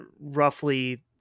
roughly